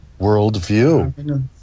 worldview